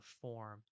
form